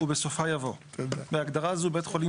ובסופה יבוא: "בהגדרה זו "בית חולים